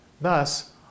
Thus